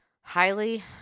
Highly